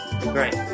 great